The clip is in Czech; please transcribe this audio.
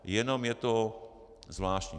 Jenom je to zvláštní.